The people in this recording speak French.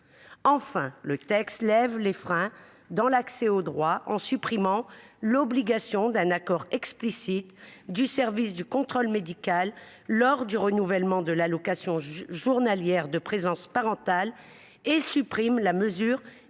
présent texte lève des freins à l’accès aux droits en supprimant l’obligation d’un accord explicite du service du contrôle médical lors du renouvellement de l’allocation journalière de présence parentale. De même, il supprime la mesure